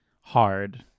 hard